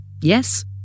Yes